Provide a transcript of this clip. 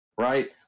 Right